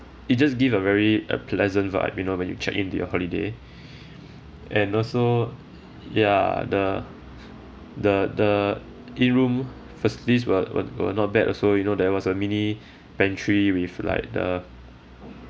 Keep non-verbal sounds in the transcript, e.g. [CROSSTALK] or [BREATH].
it just give a very uh pleasant vibe you know when you check in to your holiday [BREATH] and also ya the the the in-room facilities were were were not bad also you know there was a mini pantry with like the